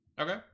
Okay